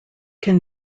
can